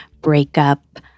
breakup